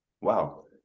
wow